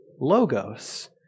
Logos